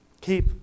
keep